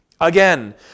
Again